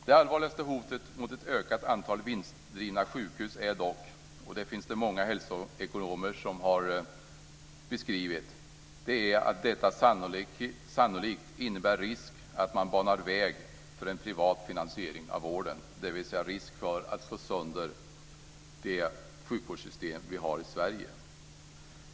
Det allvarligaste hotet mot ett ökat antal vinstdrivna sjukhus är dock - och det finns det många hälsoekonomer som har beskrivit - att detta sannolikt innebär risk för att man banar väg för en privat finansiering av vården, dvs. risk för att man slår sönder det sjukvårdssystem vi har i Sverige.